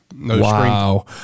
Wow